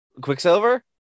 Quicksilver